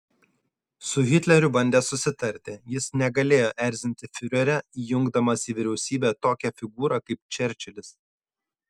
su hitleriu bandė susitarti jis negalėjo erzinti fiurerio įjungdamas į vyriausybę tokią figūrą kaip čerčilis